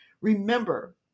remember